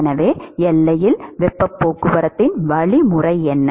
எனவே எல்லையில் வெப்பப் போக்குவரத்தின் வழிமுறை என்ன